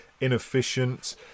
inefficient